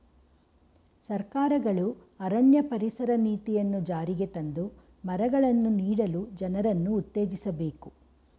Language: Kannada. ಸರ್ಕಾರಗಳು ಅರಣ್ಯ ಪರಿಸರ ನೀತಿಯನ್ನು ಜಾರಿಗೆ ತಂದು ಮರಗಳನ್ನು ನೀಡಲು ಜನರನ್ನು ಉತ್ತೇಜಿಸಬೇಕು